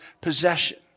possession